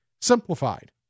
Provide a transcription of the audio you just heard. Simplified